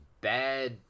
bad